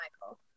Michael